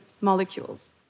molecules